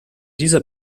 dieser